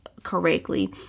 correctly